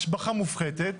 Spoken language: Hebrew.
השבחה מופחתת,